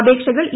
അപേക്ഷകൾ ഇ